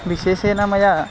विशेषेण मया